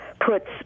puts